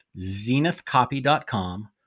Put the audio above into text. zenithcopy.com